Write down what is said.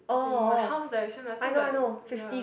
as in my house direction lah so is like ya